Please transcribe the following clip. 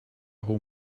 whole